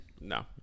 No